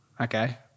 okay